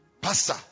pastor